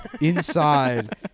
inside